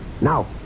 Now